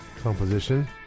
composition